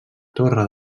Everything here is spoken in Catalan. torre